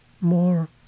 more